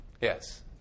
Yes